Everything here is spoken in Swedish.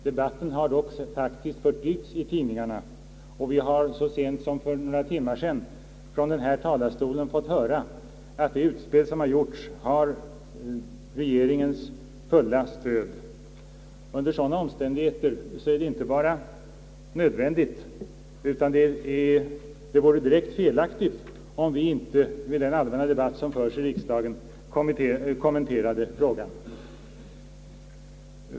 Debatten har dock faktiskt förts i tidningarna, och vi har så sent som för några timmar sedan från den här talarstolen fått veta, att det utspel som har gjorts har regeringens fulla stöd. Under sådana omständigheter är det inte bara önskvärt, utan det vore direkt felaktigt om vi inte vid en allmän debatt, som förs i riksdagen, kommenterade frågan.